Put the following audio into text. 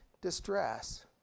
distress